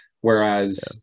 Whereas